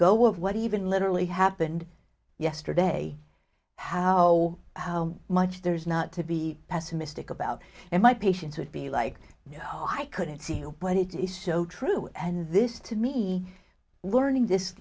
go of what even literally happened yesterday how much there is not to be pessimistic about and my patients would be like oh i couldn't see you but it is so true and this to me learning